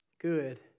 Good